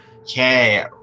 Okay